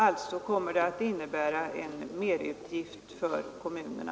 Alltså kommer det att innebära en merutgift för kommunerna.